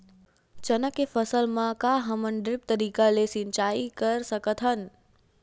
चना के फसल म का हमन ड्रिप तरीका ले सिचाई कर सकत हन?